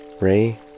Ray